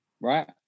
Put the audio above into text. right